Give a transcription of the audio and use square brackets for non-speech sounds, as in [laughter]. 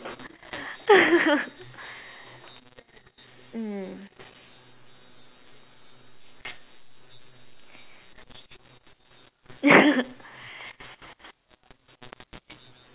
mm [laughs]